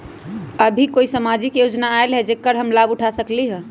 अभी कोई सामाजिक योजना आयल है जेकर लाभ हम उठा सकली ह?